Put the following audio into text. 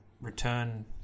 return